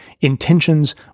intentions